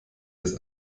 des